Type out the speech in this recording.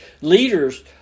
Leaders